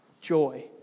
Joy